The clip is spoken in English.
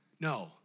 No